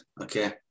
Okay